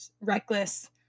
reckless